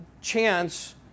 chance